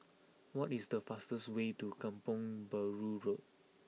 what is the fastest way to Kampong Bahru Road